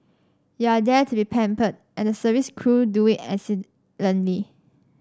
you are there to be pampered and the service crew do it